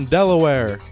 Delaware